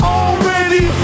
already